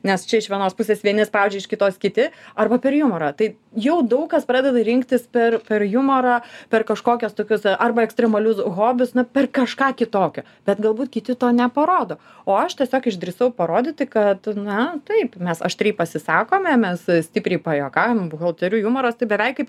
nes čia iš vienos pusės vieni spaudžia iš kitos kiti arba per jumorą tai jau daug kas pradeda rinktis per per jumorą per kažkokias tokius arba ekstremalius hobius na per kažką kitokio bet galbūt kiti to neparodo o aš tiesiog išdrįsau parodyti kad na taip mes aštriai pasisakome mes stipriai pajuokaujam buhalterių jumoras tai beveik kaip